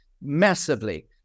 massively